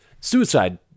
Suicide